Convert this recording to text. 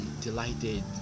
delighted